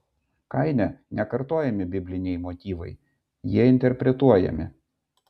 kaine nekartojami bibliniai motyvai jie interpretuojami